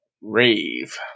rave